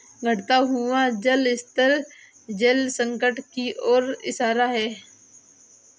घटता हुआ जल स्तर जल संकट की ओर इशारा है